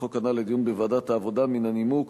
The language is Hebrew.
החוק הנ"ל לדיון בוועדת העבודה מן הנימוק